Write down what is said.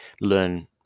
learn